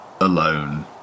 alone